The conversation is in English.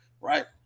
right